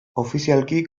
ofizialki